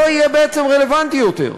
לא יהיה בעצם רלוונטי יותר.